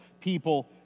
people